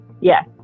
yes